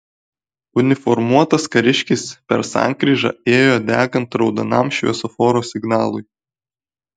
uniformuotas kariškis per sankryžą ėjo degant raudonam šviesoforo signalui